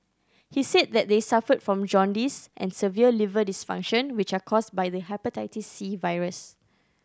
he said that they suffered from jaundice and severe liver dysfunction which are caused by the hepatitis virus